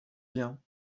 bien